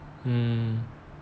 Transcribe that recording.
hmm